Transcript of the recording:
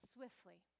Swiftly